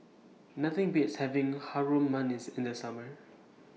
Nothing Beats having Harum Manis in The Summer